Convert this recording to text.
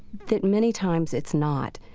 that many times it's not.